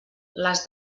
les